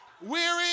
weary